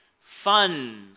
fun